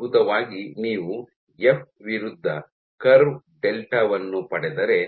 ಮೂಲಭೂತವಾಗಿ ನೀವು ಎಫ್ ವಿರುದ್ಧ ಕರ್ವ್ ಡೆಲ್ಟಾ ವನ್ನು ಪಡೆದರೆ